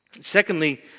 Secondly